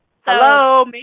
Hello